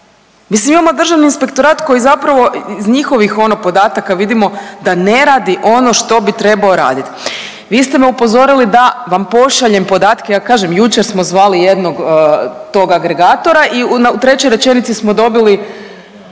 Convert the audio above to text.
Mislim imamo Državni inspektorat koji zapravo iz njihovih ono podataka vidimo da ne radi ono što bi trebao raditi. Vi ste me upozorili da vam pošaljem podatke, ja kažem jučer smo zvali jednog tog agregatora i u trećoj rečenici smo dobili